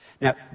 Now